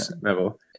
level